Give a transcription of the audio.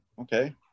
okay